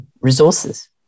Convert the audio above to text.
resources